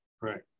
Right